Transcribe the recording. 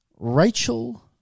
Rachel